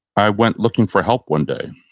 i went looking for help one day.